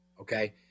okay